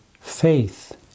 faith